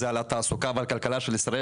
זה על התעסוקה ועל הכלכלה של ישראל,